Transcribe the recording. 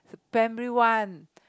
primary one